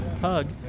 hug